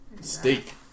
steak